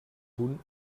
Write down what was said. punt